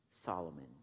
Solomon